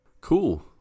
Cool